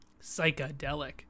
Psychedelic